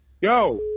Yo